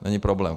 Není problém.